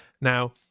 Now